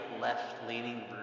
left-leaning